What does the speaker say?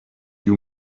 you